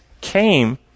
came